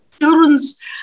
Children's